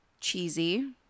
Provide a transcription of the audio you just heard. cheesy